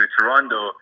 Toronto